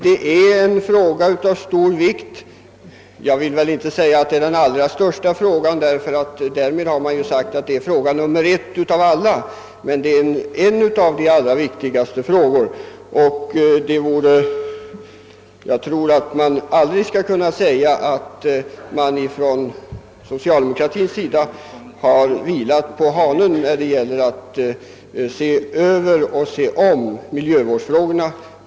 Det rör sig här om en fråga av stor vikt, men jag vill inte säga att det är den allra största, fråga nr 1 bland alla. Det är emellertid ett av de allra vikti gaste spörsmålen, och jag tror att det aldrig kan sägas att socialdemokraterna vilat på hanen då det gäller att se över miljövårdsfrågorna.